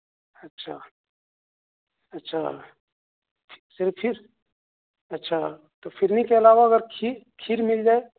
اچھا اچھا صرف پھر اچھا تو فرنی کے علاوہ اگر کھیر کھیر مِل جائے